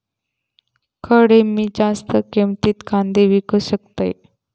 खडे मी जास्त किमतीत कांदे विकू शकतय?